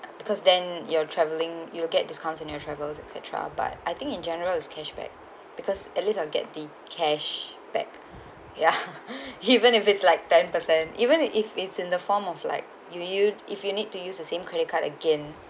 uh because then you're travelling you'll get discounts in your travel et cetera but I think in general is cash back because at least I'll get the cash back yeah even if it's like ten percent even it if it's in the form of like you use if you need to use the same credit card again